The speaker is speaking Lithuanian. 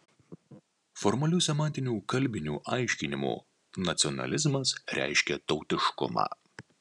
formaliu semantiniu kalbiniu aiškinimu nacionalizmas reiškia tautiškumą